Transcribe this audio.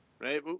right